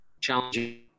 challenging